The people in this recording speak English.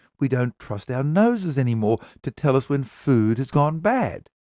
we don't trust our noses any more to tell us when food has gone bad.